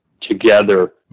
together